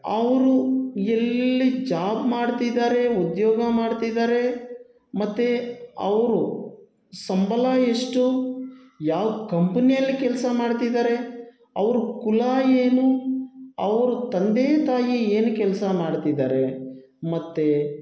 ಅವನು ಎಲ್ಲಿ ಜಾಬ್ ಮಾಡ್ತಿದ್ದಾರೆ ಉದ್ಯೋಗ ಮಾಡ್ತಿದ್ದಾರೆ ಮತ್ತು ಅವರು ಸಂಬಳ ಎಷ್ಟು ಯಾವ ಕಂಪೆನಿಯಲ್ಲಿ ಕೆಲಸ ಮಾಡ್ತಿದ್ದಾರೆ ಅವ್ರ ಕುಲ ಏನು ಅವ್ರ ತಂದೆ ತಾಯಿ ಏನು ಕೆಲಸ ಮಾಡ್ತಿದ್ದಾರೆ ಮತ್ತೆ